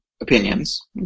opinions